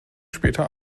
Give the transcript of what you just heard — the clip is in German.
später